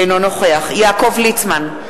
אינו נוכח יעקב ליצמן,